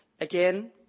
Again